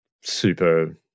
super